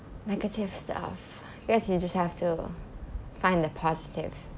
negative stuff guess you just have to find the positive